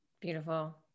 Beautiful